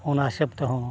ᱚᱱᱟ ᱦᱤᱥᱟᱹᱵ ᱛᱮᱦᱚᱸ